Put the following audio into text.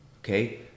Okay